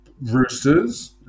Roosters